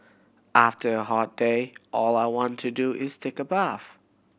after a hot day all I want to do is take a bath